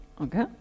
Okay